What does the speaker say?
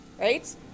right